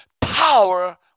power